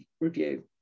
review